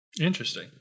Interesting